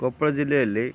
ಕೊಪ್ಪಳ ಜಿಲ್ಲೆಯಲ್ಲಿ